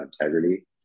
integrity